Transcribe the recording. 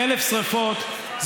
1,000 שרפות,